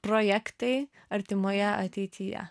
projektai artimoje ateityje